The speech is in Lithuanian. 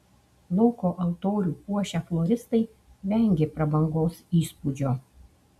lauko altorių puošę floristai vengė prabangos įspūdžio